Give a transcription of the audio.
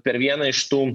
per vieną iš tų